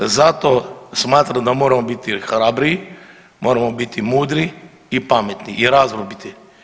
Zato smatram da moramo biti hrabriji, moramo biti mudri i pametni i razboriti.